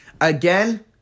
Again